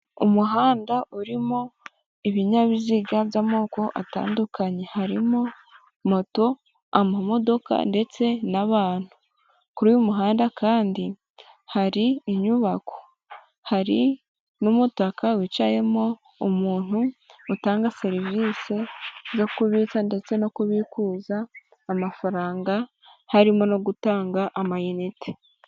Umuhanda urimo ibinyabiziga by'amoko atandukanye, harimo moto amamodoka ndetse n'abantu. Kuri uyu muhanda kandi hari inyubako hari n'umutaka wicayemo umuntu utanga serivisi zo kubitsa ndetse no kubikuza amafaranga harimo no gutanga amayinite.